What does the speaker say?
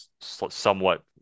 somewhat